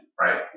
Right